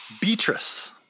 Beatrice